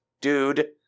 dude